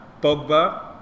Pogba